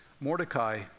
Mordecai